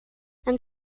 and